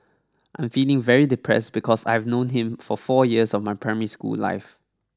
I'm feeling very depressed because I've known him for four years of my primary school life